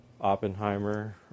Oppenheimer